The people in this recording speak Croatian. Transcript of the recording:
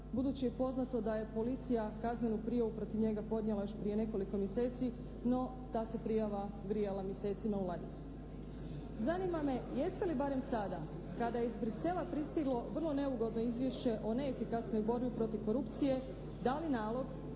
budući je poznato da je policija kaznenu prijavu protiv njega podnijela još prije nekoliko mjeseci, no ta se prijava grijala mjesecima u ladici. Zanima me jeste li barem sada kada je iz Bruxellesa pristiglo vrlo neugodno izvješće o neefikasnoj borbi protiv korupcije dali nalog